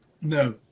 No